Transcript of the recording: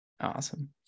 awesome